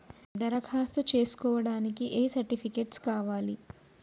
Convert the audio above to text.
దరఖాస్తు చేస్కోవడానికి ఏ సర్టిఫికేట్స్ కావాలి?